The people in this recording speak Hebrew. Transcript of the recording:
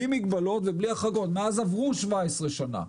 מאז עברו 17 שנה,